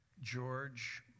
George